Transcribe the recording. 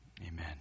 Amen